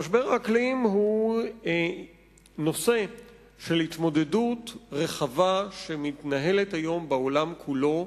משבר האקלים הוא נושא להתמודדות רחבה שמתנהלת היום בעולם כולו,